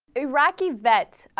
iraqi that ah.